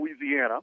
Louisiana